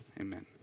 amen